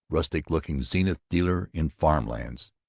rustic-looking zenith dealer in farm-lands.